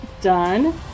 done